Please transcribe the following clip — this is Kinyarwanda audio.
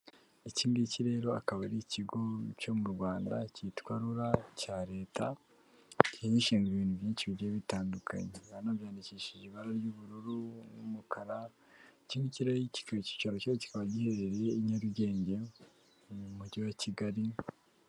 Iki ngiki rero akaba ari ikigo cyo mu Rwanda cyitwa RURA cya leta , kigiye gishinga ibintu byinshi bigiye bitandukanye. Banabyandikishije ibara ry'ubururu n'umukara, iki ngiki rero kikaba icyicaro cyayo kikaba giherereye i Nyarugenge mu mujyi wa Kigali,